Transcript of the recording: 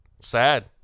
Sad